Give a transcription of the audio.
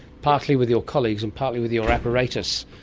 partly with your colleagues and partly with your apparatus.